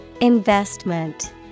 Investment